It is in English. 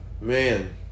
man